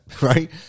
right